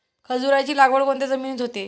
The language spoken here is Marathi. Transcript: खजूराची लागवड कोणत्या जमिनीत होते?